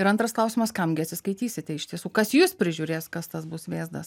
ir antras klausimas kam gi atsiskaitysite iš tiesų kas jus prižiūrės kas tas bus vėzdas